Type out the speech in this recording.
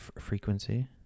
Frequency